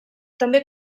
també